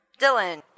Dylan